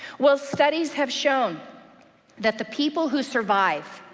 well, studies have shown that the people who survive,